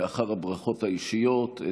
לאחר הברכות האישיות,